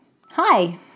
Hi